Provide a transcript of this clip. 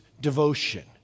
devotion